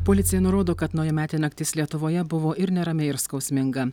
policija nurodo kad naujametė naktis lietuvoje buvo ir nerami ir skausminga